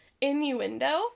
innuendo